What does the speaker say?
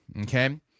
Okay